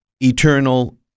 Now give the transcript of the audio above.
eternal